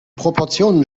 proportionen